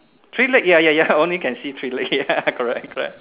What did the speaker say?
three leg ya ya ya only can see three leg ya correct correct